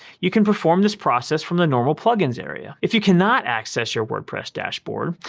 you can perform this process from the normal plugins area. if you cannot access your wordpress dashboard,